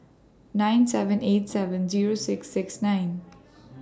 nine seven eight seven Zero six six nine